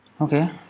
okay